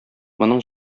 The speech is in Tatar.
моның